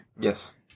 Yes